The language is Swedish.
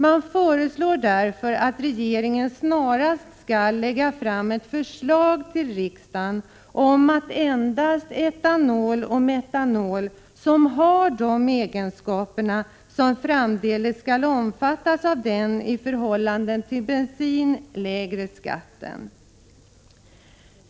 Man föreslår därför att regeringen snarast skall lägga fram ett förslag till riksdagen om att den lägre beskattningen av motoralkoholer skall förbehållas etanol och metanol som har de egenskaper som framdeles skall omfattas av den i förhållande till bensin lägre skatten.